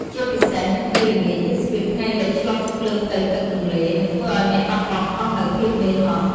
ជាពិសេសនៅពេលល្ងាច ទេសភាពថ្ងៃលិចឆ្លុះលើផ្ទៃទឹកទន្លេនឹងធ្វើឲ្យអ្នកបាត់បង់អស់នូវភាពនឿយហត់។